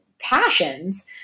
passions